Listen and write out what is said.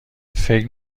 فکر